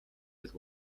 with